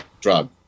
drug